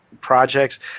projects